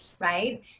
right